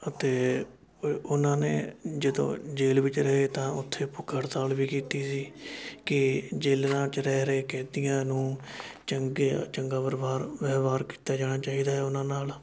ਅਤੇ ਉਹਨਾਂ ਨੇ ਜਦੋਂ ਜੇਲ੍ਹ ਵਿੱਚ ਰਹੇ ਤਾਂ ਉੱਥੇ ਭੁੱਖ ਹੜਤਾਲ ਵੀ ਕੀਤੀ ਸੀ ਕਿ ਜੇਲਰਾਂ 'ਚ ਰਹਿ ਰਹੇ ਕੈਦੀਆਂ ਨੂੰ ਚੰਗੇ ਆ ਚੰਗਾ ਵਰਵਾਰ ਵਿਵਹਾਰ ਕੀਤਾ ਜਾਣਾ ਚਾਹੀਦਾ ਉਹਨਾਂ ਨਾਲ਼